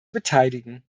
beteiligen